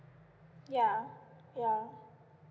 ya ya